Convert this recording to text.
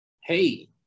Hey